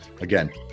again